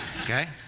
okay